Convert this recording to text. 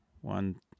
one